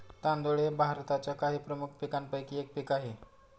तांदूळ हे भारताच्या काही प्रमुख पीकांपैकी एक पीक आहे